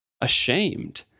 Ashamed